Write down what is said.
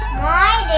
why